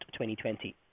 2020